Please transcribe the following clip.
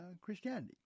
Christianity